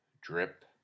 drip